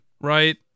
right